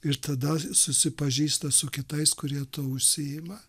ir tada susipažįsta su kitais kurie tuo užsiima